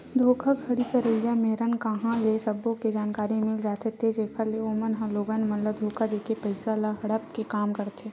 धोखाघड़ी करइया मेरन कांहा ले सब्बो के जानकारी मिल जाथे ते जेखर ले ओमन ह लोगन मन ल धोखा देके पइसा ल हड़पे के काम करथे